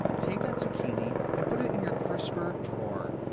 take that zucchini, and put it in your crisper drawer,